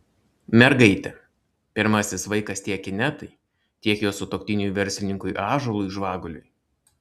mergaitė pirmasis vaikas tiek inetai tiek jos sutuoktiniui verslininkui ąžuolui žvaguliui